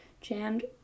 jammed